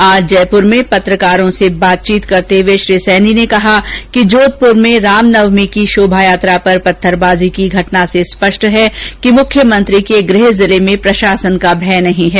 आज जयपुर में पत्रकारों से बातचीत करते हुए श्री सैनी ने कहा कि जोधपुर में रामनवमी की शोभायात्रा पर पत्थरबाजी की घटना से स्पष्ट है कि मुख्यमंत्री के गृह जिले में प्रशासन का भय नहीं है